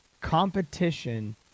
competition